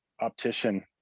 optician